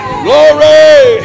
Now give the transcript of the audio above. glory